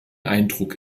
eindruck